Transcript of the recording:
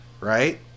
right